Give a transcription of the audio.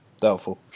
Doubtful